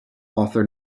author